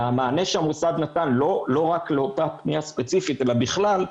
והמענה שהמוסד נתן לא רק לאותה פניה ספציפית אלא בכלל,